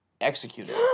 executed